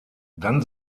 dann